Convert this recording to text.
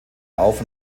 auf